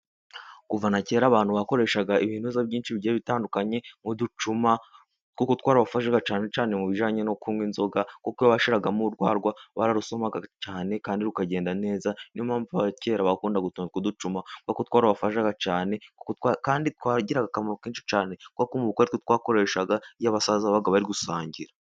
Kuva na kera abantu bakoreshaga ibinuza byinshi bigiye bitandukanye nk'uducuma kuko twarabafashaga cyane cyane mu bijyanye no kunywa inzoga, kuko bashiragamo urwagwa bararusomaga cyane kandi rukagenda neza, niyo mpamvu abakera bakundaga utuntu twuducuma kuko twarabafashaga cyane kandi twagiga akamaro kenshi cyane, kubera ko mu bukwe atwo twakoreshaga iyo basaza babaga bari gusangira.